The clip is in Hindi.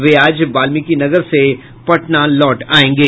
वे आज वाल्मीकिनगर से पटना लौट आयेंगे